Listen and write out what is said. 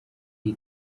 iyi